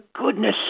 goodness